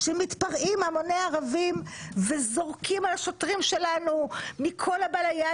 שמתפרעים המוני ערבים וזורקים על השוטרים שלנו מכל הבא ליד,